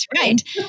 right